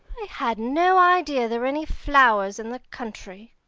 i had no idea there were any flowers in the country.